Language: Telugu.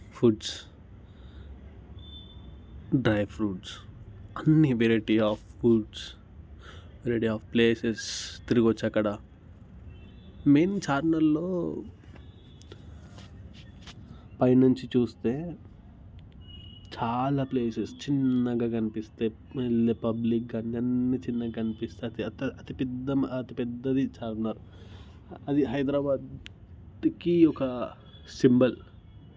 ఫుడ్స్ డ్రై ఫ్రూట్స్ అన్నీ variety of foods variety of places తిరగచ్చు అక్కడ మెయిన్ చార్మినార్లో పై నుంచి చూస్తే చాలా ప్లేసెస్ చిన్నగా కనిపిస్తాయి మళ్ళీ పబ్లిక్ కానీ అన్నీ చిన్నగా కనిపిస్తాయి అంత అతిపెద్ద అతిపెద్దది చార్మినార్ అది హైదరాబాద్ కి ఒక సింబల్